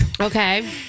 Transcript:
Okay